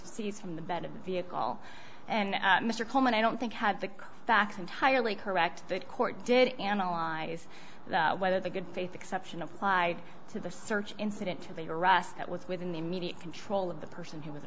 seized from the bed of the vehicle and mr coleman i don't think had the facts entirely correct that court did analyze whether the good faith exception applied to the search incident to the arrest that was within the immediate control of the person he was